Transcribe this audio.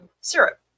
syrup